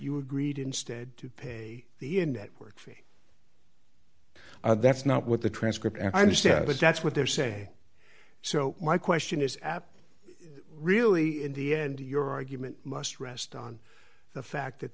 you agreed instead to pay the and network fee that's not what the transcript and i understand but that's what they're say so my question is ab really in the end your argument must rest on the fact that